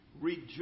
rejoice